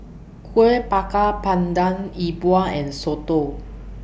Kuih Bakar Pandan Yi Bua and Soto